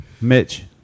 Mitch